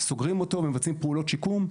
סוגרים אותו ומבצעים פעולות שיקום.